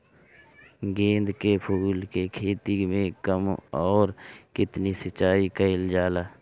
गेदे के फूल के खेती मे कब अउर कितनी सिचाई कइल जाला?